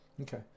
Okay